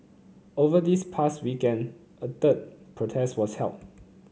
over this past weekend a the third protest was held